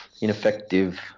ineffective